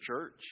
church